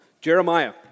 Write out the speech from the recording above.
Jeremiah